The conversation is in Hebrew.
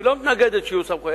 לא מתנגדת שיהיו סמכויות,